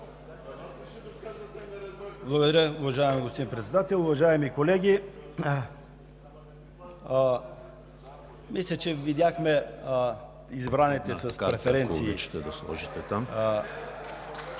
Благодаря, уважаеми господин Председател. Уважаеми колеги! Мисля, че видяхме избраните с преференции…